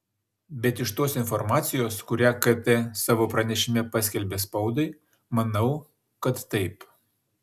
bet iš tos informacijos kurią kt savo pranešime paskelbė spaudai manau kad taip